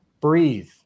Breathe